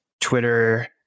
Twitter